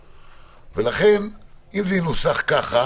ולכן אם זה ינוסח ככה